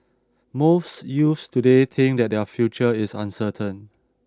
most youths today think that their future is uncertain